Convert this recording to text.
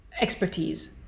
expertise